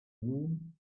room